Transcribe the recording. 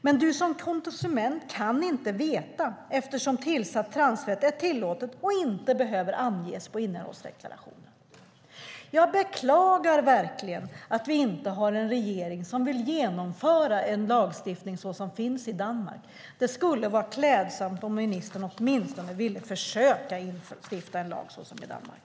Men du som konsument kan inte veta, eftersom tillsatt transfett är tillåtet och inte behöver anges i innehållsdeklarationen. Jag beklagar verkligen att vi inte har en regering som vill genomföra en lagstiftning som den som finns i Danmark. Det skulle vara klädsamt om ministern åtminstone ville försöka stifta en lag såsom de har i Danmark.